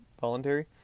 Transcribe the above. voluntary